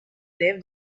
lève